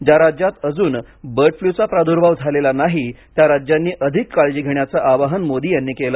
ज्या राज्यांत अजून बर्ड फ्ल्यू चा प्रादुर्भाव झालेला नाही त्या राज्यांनी अधिक काळजी घेण्याचं आवाहन मोदी यांनी केलं